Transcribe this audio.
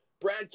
Brad